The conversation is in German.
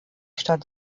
stadt